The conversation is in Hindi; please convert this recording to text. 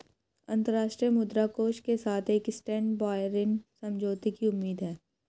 अंतर्राष्ट्रीय मुद्रा कोष के साथ एक स्टैंडबाय ऋण समझौते की उम्मीद है